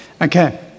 Okay